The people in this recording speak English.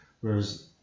Whereas